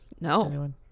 No